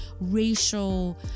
racial